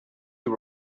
you